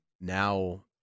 now